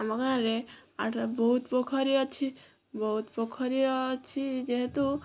ଆମ ଗାଁରେ ବହୁତ ପୋଖରୀ ଅଛି ବହୁତ ପୋଖରୀ ଅଛି ଯେହେତୁ